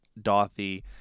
Dothy